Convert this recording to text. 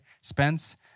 Spence